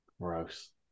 Gross